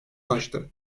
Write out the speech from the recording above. taştı